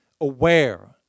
aware